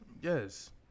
Yes